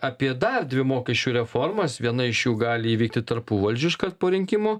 apie dar dvi mokesčių reformas viena iš jų gali įvykti tarpuvaldžiu iškart po rinkimų